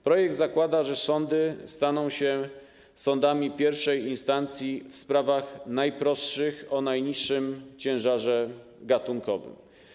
Projekt zakłada, że sądy staną się sądami I instancji w sprawach najprostszych, o najniższym ciężarze gatunkowym.